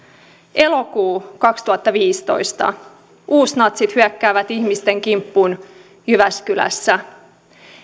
elokuu kaksituhattaviisitoista uusnatsit hyökkäävät ihmisten kimppuun jyväskylässä